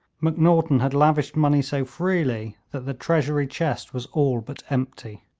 macnaghten had lavished money so freely that the treasury chest was all but empty.